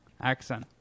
accent